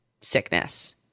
sickness